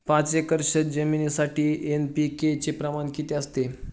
पाच एकर शेतजमिनीसाठी एन.पी.के चे प्रमाण किती असते?